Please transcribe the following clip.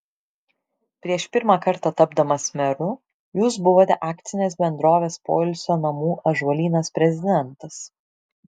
prieš pirmą kartą tapdamas meru jūs buvote akcinės bendrovės poilsio namų ąžuolynas prezidentas